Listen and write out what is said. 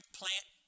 plant